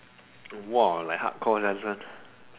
!wah! like hardcore sia this one